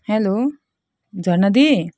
hello Jharna दिदी